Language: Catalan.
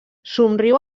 somriu